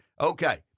okay